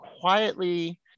quietly